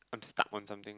I'm stuck on something